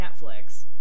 Netflix